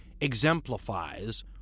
exemplifies